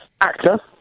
actor